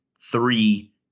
three